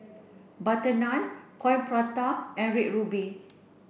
butter naan coin prata and red ruby